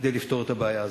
כדי לפתור את הבעיה הזאת.